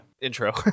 intro